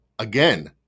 Again